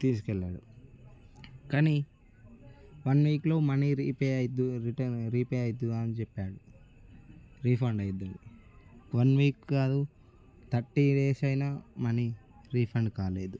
తీసుకెళ్ళాడు కానీ వన్ వీక్లో మనీ రీపే అయిద్దు రిటర్న్ రీపే అయిద్దు అని చెప్పాడు రీఫండ్ అయిద్దని వన్ వీక్ కాదు థర్టీ డేస్ అయినా మనీ రీఫండ్ కాలేదు